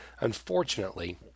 unfortunately